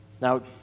Now